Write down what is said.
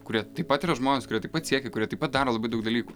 kurie taip pat yra žmonės kurie taip pat siekia kurie taip pat daro labai daug dalykų